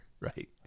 right